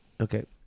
Okay